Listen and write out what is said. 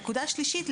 שלישית,